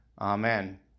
Amen